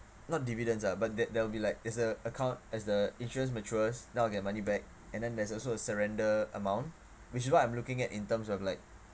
not dividends lah but there there will be there's a account as the insurance matures then I'll get money back and then there's also a surrender amount which is what I'm looking at in terms of like